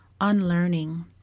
unlearning